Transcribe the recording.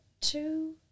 two